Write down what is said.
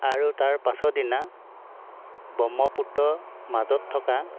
আৰু তাৰ পাছৰদিনা ব্ৰহ্মপুত্ৰ মাজত থকা